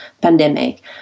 pandemic